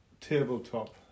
tabletop